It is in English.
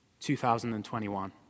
2021